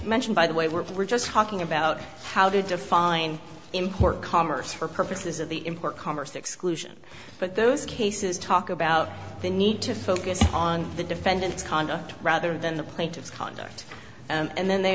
mention by the way we're just talking about how to define important commerce for purposes of the import commerce exclusion but those cases talk about the need to focus on the defendant's conduct rather than the plaintiff's conduct and then they